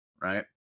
right